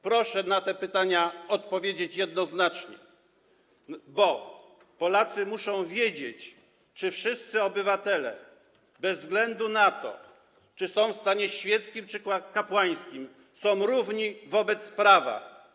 Proszę na te pytania odpowiedzieć jednoznacznie, bo Polacy muszą wiedzieć, czy wszyscy obywatele, bez względu na to, czy są w stanie świeckim, czy kapłańskim, są równi wobec prawa.